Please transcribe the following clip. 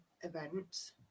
events